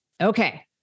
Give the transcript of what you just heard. Okay